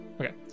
Okay